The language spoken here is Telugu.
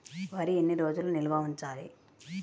వరి ఎన్ని రోజులు నిల్వ ఉంచాలి?